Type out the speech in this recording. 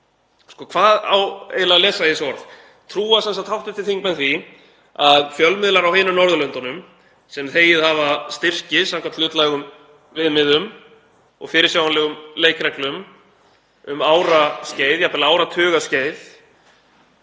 Hvað á eiginlega að lesa í þessa orð? Trúa sem sagt hv. þingmenn því að fjölmiðlar á hinum Norðurlöndunum sem þegið hafa styrki samkvæmt hlutlægum viðmiðum og fyrirsjáanlegum leikreglum um áraskeið, jafnvel áratugaskeið,